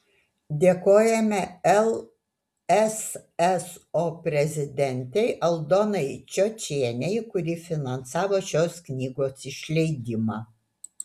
dėkojame lsso prezidentei aldonai čiočienei kuri finansavo šios knygos išleidimą